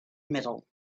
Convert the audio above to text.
middle